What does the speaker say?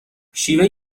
شیوه